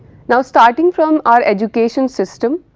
now, starting from our education system.